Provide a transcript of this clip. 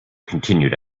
continued